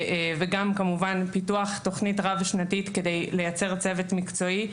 וכמובן גם פיתוח תוכנית רב שנתית כדי לייצר צוות מקצועי,